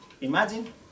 imagine